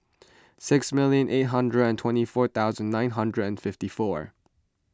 six million eight hundred and twenty four thousand nine hundred and fifty four